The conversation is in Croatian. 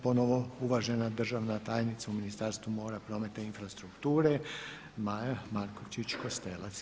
Ponovo uvažena državna tajnica u Ministarstvu mora, prometa i infrastrukture Maja Markovčić Kostelac.